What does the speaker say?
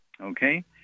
okay